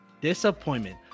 disappointment